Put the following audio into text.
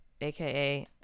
aka